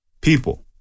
people